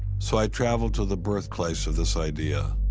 so i traveled to the birthplace of this idea.